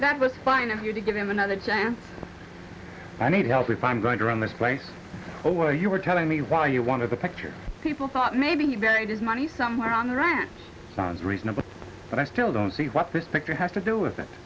that was fine of you to give him another chance i need help if i'm going to run this place oh well you were telling me why you wanted the picture people thought maybe he buried his money somewhere on the ranch it sounds reasonable but i still don't see what this picture has to do with it